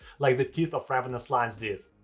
like the teeth of ravenous lions did,